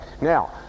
now